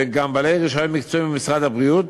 והם גם בעלי רישיון מקצועי ממשרד הבריאות,